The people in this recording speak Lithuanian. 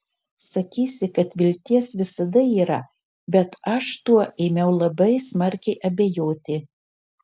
sakysi kad vilties visada yra bet aš tuo ėmiau labai smarkiai abejoti